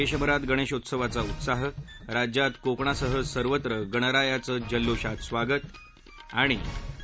देशभरात गणेशोत्सवाचा उत्साह राज्यात कोकणासह सर्वत्र गणरायाचं जल्लोषात आगमन